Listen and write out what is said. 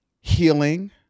healing